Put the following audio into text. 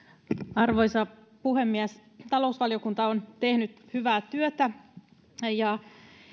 arvoisa puhemies talousvaliokunta on tehnyt hyvää työtä ja